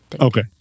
Okay